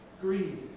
Greed